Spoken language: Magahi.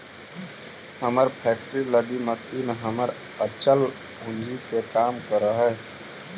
हमर फैक्ट्री लगी मशीन हमर अचल पूंजी के काम करऽ हइ